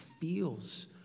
feels